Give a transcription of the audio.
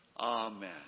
Amen